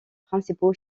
principaux